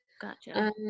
Gotcha